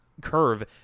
curve